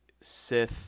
Sith